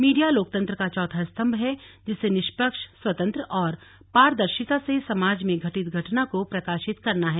media लोकतंत्र का चौथा स्तम्भ है जिसे निष्पक्ष स्वतंत्र और पारदर्शिता से समाज में घटित घटना को प्रकाशित करना है